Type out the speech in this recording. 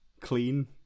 clean